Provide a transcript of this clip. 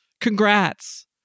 Congrats